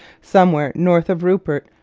somewhere north of rupert,